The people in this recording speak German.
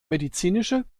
medizinische